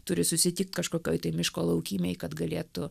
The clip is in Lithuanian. turi susitikt kažkokioj tai miško laukymėj kad galėtų